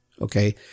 Okay